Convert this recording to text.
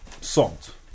salt